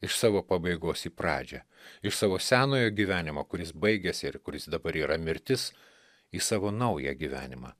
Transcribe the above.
iš savo pabaigos į pradžią iš savo senojo gyvenimo kuris baigėsi ir kuris dabar yra mirtis į savo naują gyvenimą